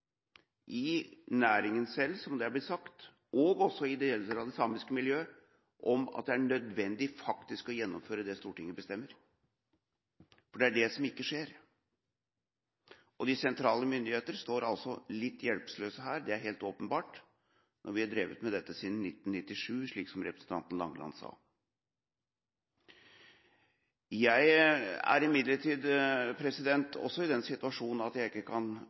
i næringen selv – som det er blitt sagt – og også i deler av det samiske miljøet, for at det faktisk er nødvendig å gjennomføre det Stortinget bestemmer. For det er det som ikke skjer. De sentrale myndigheter står altså litt hjelpeløse her. Det er helt åpenbart når vi har drevet med dette siden 1997, slik representanten Langeland sa. Jeg er imidlertid også i den situasjon at jeg ikke kan